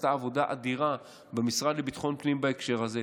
נעשתה עבודה אדירה במשרד לביטחון פנים בהקשר הזה,